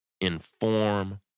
inform